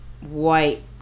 white